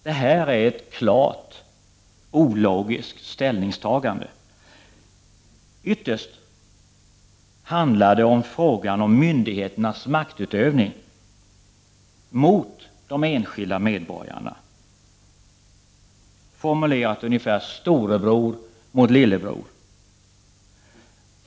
Detta är ett klart ologiskt ställningstagande. Ytterst handlar det om myndigheternas maktutövning mot de enskilda medborgarna, formulerat ungefär som storebror mot lillebror.